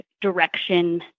direction